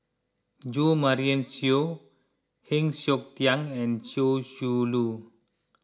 Jo Marion Seow Heng Siok Tian and Chia Shi Lu